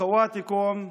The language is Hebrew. האחים שלכם."